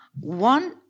One